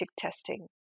testing